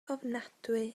ofnadwy